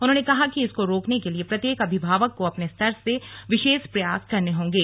उन्होंने कहा कि इसको रोकने के लिए प्रत्येक अभिभावक को अपने स्तर से विशेष प्रयास करने होंगे